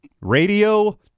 radio